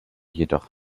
jedoch